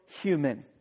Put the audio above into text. human